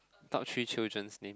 top three children's names